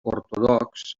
ortodox